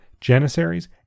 Janissaries